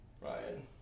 Ryan